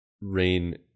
Rain